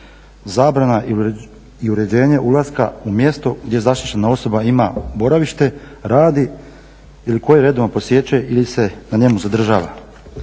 zabrana i uređenje ulaska u mjesto gdje zaštićena osoba ima boravište, radi ili koje redovno posjećuje ili se na njemu zadržava.